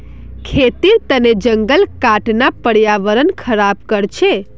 खेतीर तने जंगल काटना पर्यावरण ख़राब कर छे